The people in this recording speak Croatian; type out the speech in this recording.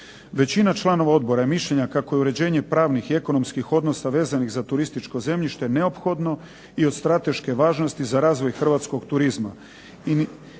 Većina članova odbora je mišljenja kako je uređenje pravnih i ekonomskih odnosa vezanih za turističko zemljište neophodno i od strateške važnosti za razvoj hrvatskog turizma.